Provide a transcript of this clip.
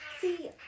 See